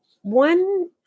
one